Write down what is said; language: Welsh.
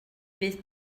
fydd